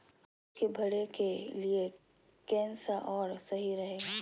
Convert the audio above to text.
आलू के भरे के लिए केन सा और सही रहेगा?